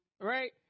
Right